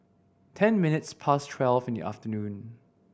ten minutes past twelve in afternoon